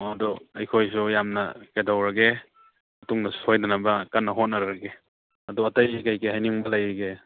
ꯑꯣ ꯑꯗꯨ ꯑꯩꯈꯣꯏꯁꯨ ꯌꯥꯝꯅ ꯀꯩꯗꯧꯔꯒꯦ ꯃꯇꯨꯡꯗ ꯁꯣꯏꯗꯅꯕ ꯀꯟꯅ ꯍꯣꯠꯅꯔꯒꯦ ꯑꯗꯣ ꯑꯇꯩꯒꯤ ꯀꯩꯀꯩ ꯍꯥꯏꯅꯤꯡꯕ ꯂꯩꯔꯤꯒꯦ